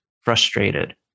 frustrated